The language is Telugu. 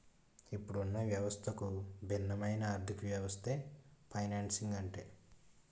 ఇప్పుడున్న వ్యవస్థకు భిన్నమైన ఆర్థికవ్యవస్థే ఫైనాన్సింగ్ అంటే